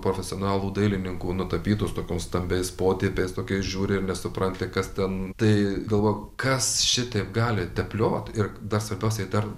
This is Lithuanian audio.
profesionalų dailininkų nutapytus tokiom stambiais potėpiais tokiais žiūri ir nesupranti kas ten tai galvok kas šitaip gali tepliot ir dar svarbiausiai dar